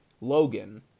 logan